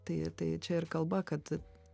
tai tai čia ir kalba kad